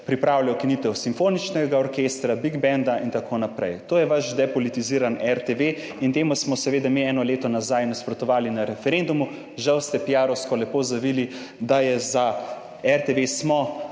pripravlja ukinitev Simfoničnega orkestra, Big Banda in tako naprej. To je vaš depolitizirani RTV in temu smo seveda mi eno leto nazaj nasprotovali na referendumu. Žal ste piarovsko lepo zavili, da je za RTV SMO